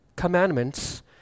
commandments